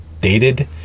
dated